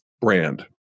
brand